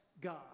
God